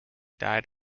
died